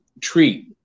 treat